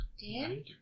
Dan